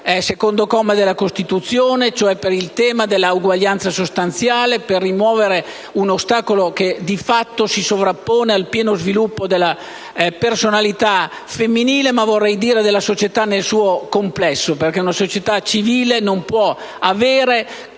secondo comma, della Costituzione, concernente il tema dell'uguaglianza sostanziale, per rimuovere un ostacolo che, di fatto, si frappone al pieno sviluppo della personalità femminile, ma - vorrei dire - anche della società nel suo complesso. Una società civile, infatti,